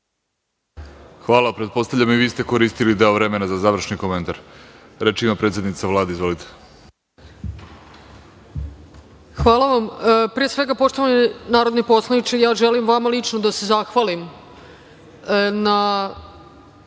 Hvala. Pretpostavljam i vi ste koristili deo vremena za završni komentar. Reč ima predsednica Vlade. Izvolite. **Ana Brnabić** Hvala vam. Pre svega, poštovani narodni poslaniče, ja želim vama lično da se zahvalim na